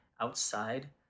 outside